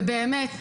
ובאמת,